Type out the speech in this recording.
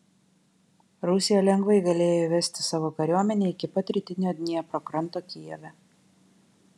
rusija lengvai galėjo įvesti savo kariuomenę iki pat rytinio dniepro kranto kijeve